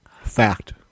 Fact